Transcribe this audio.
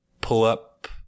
pull-up